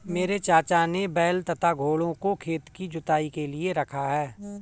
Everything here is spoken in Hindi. मेरे चाचा ने बैल तथा घोड़ों को खेत की जुताई के लिए रखा है